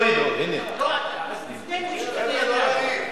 בכל התחומים שהמבקר נגע בהם רואים שינוי.